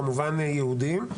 כמובן יהודים.